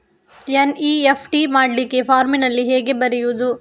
NEFT ಮಾಡ್ಲಿಕ್ಕೆ ಫಾರ್ಮಿನಲ್ಲಿ ಹೇಗೆ ಬರೆಯುವುದು?